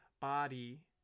body